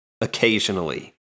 occasionally